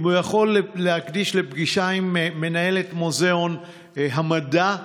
אם הוא יכול להקדיש לפגישה עם מנהלת מוזיאון המדע,